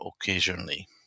occasionally